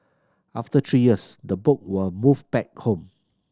after three years the book were moved back home